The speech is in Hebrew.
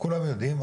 כולם יודעים,